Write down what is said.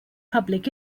public